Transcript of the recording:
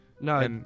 No